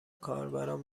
کاربران